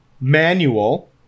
manual